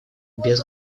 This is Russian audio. без